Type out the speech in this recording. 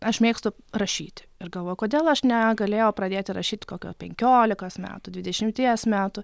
aš mėgstu rašyti ir galvoju kodėl aš negalėjau pradėti rašyt kokio penkiolikos metų dvidešimties metų